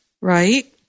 Right